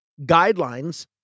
guidelines